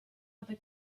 other